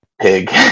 pig